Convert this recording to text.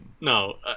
No